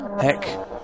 Heck